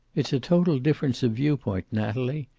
it's a total difference of view-point, natalie.